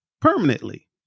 permanently